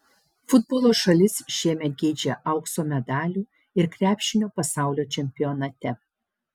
futbolo šalis šiemet geidžia aukso medalių ir krepšinio pasaulio čempionate